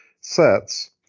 sets